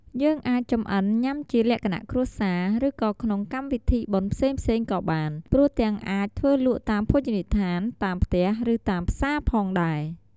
យើងអាចចំអិនញុាំជាលក្ខណៈគ្រួសារ ឬក៏ក្នុងកម្មវិធីបុណ្យផ្សេងៗក៏បាន ព្រមទាំងអាចធ្វើលក់តាមភោជនីយដ្ឋាន តាមផ្ទះ ឬតាមផ្សារផងដែរ។